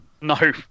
No